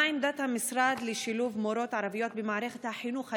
2. מהי עמדת המשרד בנוגע לשילוב מורות ערביות במערכת החינוך היהודית?